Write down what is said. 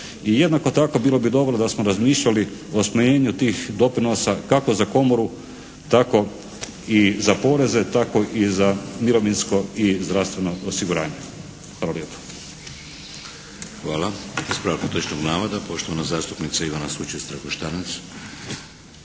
jednako tako bilo bi dobro da smo razmišljali o smanjenju tih doprinosa kako za Komoru, tako i za poreze, tako i za mirovinsko i zdravstveno osiguranje. Hvala